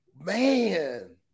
Man